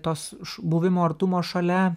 tos buvimo artumo šalia